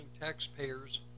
taxpayers